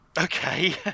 Okay